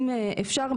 אם אפשר,